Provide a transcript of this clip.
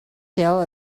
still